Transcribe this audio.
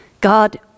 God